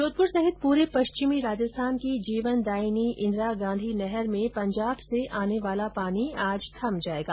जोधप्र सहित प्रे पश्चिमी राजस्थान की जीवन दायिनी इंदिरा गांधी नहर में पंजाब से आने वाला पानी आज थम जाएगा